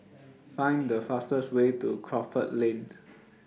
Find The fastest Way to Crawford Lane